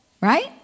Right